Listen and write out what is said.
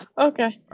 okay